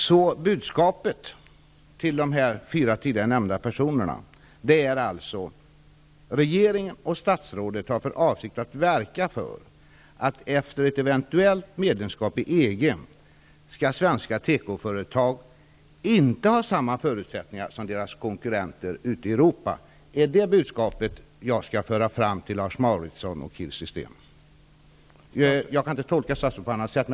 Fru talman! Budskapet till de fyra personer som jag tidigare nämnde är alltså att regeringen och statsrådet har för avsikt att verka för att svenska tekoföretag, efter ett eventuellt medlemskap i EG, inte skall ha samma förutsättningar som deras konkurrenter ute i Europa? Är det detta budskap som jag skall föra fram till Lars Mauritzson och Kirsti Steen? Jag kan inte tolka statsrådet på något annat sätt.